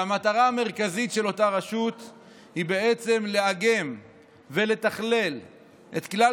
והמטרה המרכזית של אותה רשות היא בעצם לאגם ולתכלל את כלל